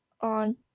on